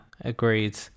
agreed